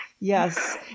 yes